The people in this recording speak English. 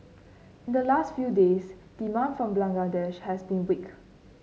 in the last few days demand from Bangladesh has been weak